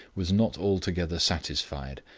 was not altogether satisfied,